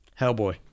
Hellboy